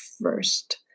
first